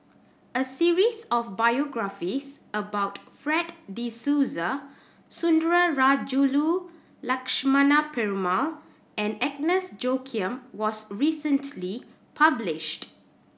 a series of biographies about Fred De Souza Sundarajulu Lakshmana Perumal and Agnes Joaquim was recently published